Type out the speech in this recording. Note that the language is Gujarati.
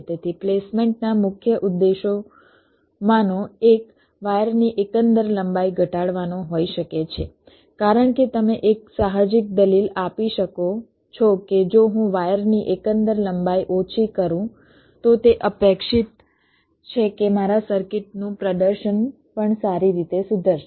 તેથી પ્લેસમેન્ટના મુખ્ય ઉદ્દેશોમાંનો એક વાયરની એકંદર લંબાઈ ઘટાડવાનો હોઈ શકે છે કારણ કે તમે એક સાહજિક દલીલ આપી શકો છો કે જો હું વાયરની એકંદર લંબાઈ ઓછી કરું તો તે અપેક્ષિત છે કે મારા સર્કિટનું પ્રદર્શન પણ સારી રીતે સુધરશે